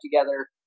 together